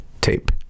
tape